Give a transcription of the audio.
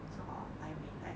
正好 I mean I